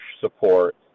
support